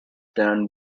turn